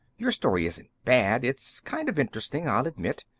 your story isn't bad it's kind of interesting, i'll admit.